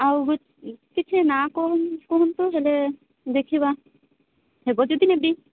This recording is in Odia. ଆଉ କିଛି ନାଁ କୁହନ୍ତୁ ହେଲେ ଦେଖିବା ହେବ ଯଦି ନେବି